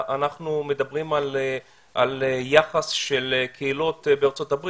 אנחנו מדברים על יחס של קהילות בארצות הברית